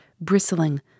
bristling